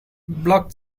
block